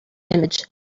image